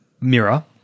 mirror